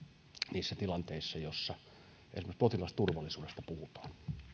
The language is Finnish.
niissä tilanteissa joissa esimerkiksi potilasturvallisuudesta puhutaan